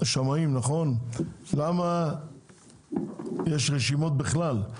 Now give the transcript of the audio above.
למה יש רשימות בכלל,